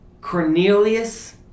Cornelius